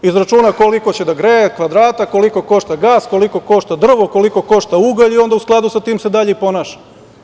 Izračuna koliko će da greje kvadrata, koliko košta gas, koliko košta drvo, koliko košta ugalj i onda u skladu sa tim se dalje i ponaša.